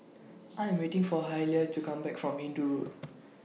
I Am waiting For Hailie to Come Back from Hindoo Road